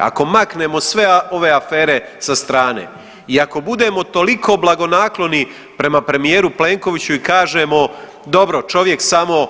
Ako maknemo sve ove afere sa strane i ako budemo toliko blagonakloni prema premijeru Plenkoviću i kažemo, dobro čovjek samo